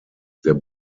der